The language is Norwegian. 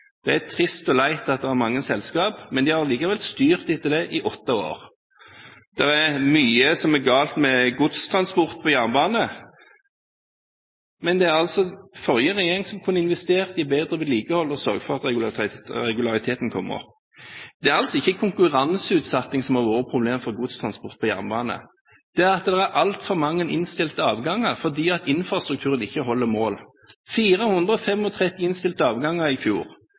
Det er trist og leit at det er mange selskap. Men de har likevel styrt etter det i åtte år. Det er mye som er galt med godstransport på jernbane, men forrige regjering kunne investert i bedre vedlikehold og sørget for at regulariteten kommer. Det er ikke konkurranseutsetting som har vært problemet for godstransport på jernbane, det er at det er altfor mange innstilte avganger fordi infrastrukturen ikke holder mål. Det var 435 innstilte avganger i fjor.